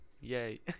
Yay